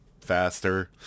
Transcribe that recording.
faster